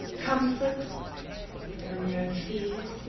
comfort when there are fears,